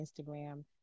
Instagram